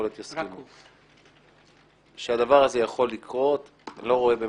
להיות יסכימו שהדבר הזה יכול לקרות אני לא רואה באמת,